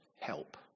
help